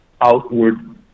outward